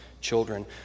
children